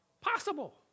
Possible